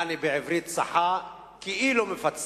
יעני, בעברית צחה, כאילו מפצלים,